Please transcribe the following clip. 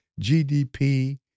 GDP